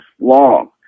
long